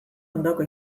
ondoko